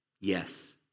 Yes